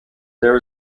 there